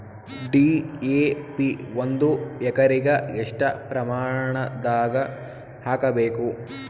DAP ಒಂದು ಎಕರಿಗ ಎಷ್ಟ ಪ್ರಮಾಣದಾಗ ಹಾಕಬೇಕು?